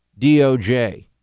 DOJ